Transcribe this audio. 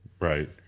Right